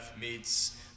meets